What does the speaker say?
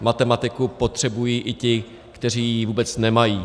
Matematiku potřebují i ti, kteří ji vůbec nemají.